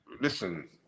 listen